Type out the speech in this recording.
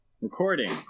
Recording